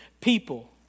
people